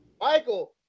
Michael